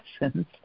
lessons